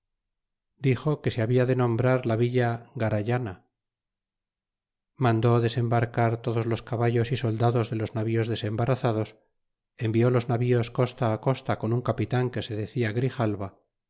dixo que se había de nombrar la villa garayana mandó desembarcar todos los caballos y soldatíos de los navíos desembarazados envió los navíos costa costa con un capitan que se decia grijalva